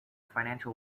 financial